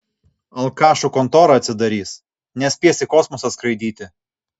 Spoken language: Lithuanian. alkašų kontora atsidarys nespės į kosmosą skraidyti